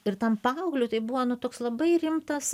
ir tam paaugliui tai buvo nu toks labai rimtas